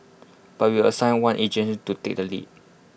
but we will assign one agent to take the lead